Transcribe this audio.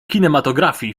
kinematografii